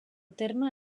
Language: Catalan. terme